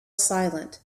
silent